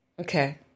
Okay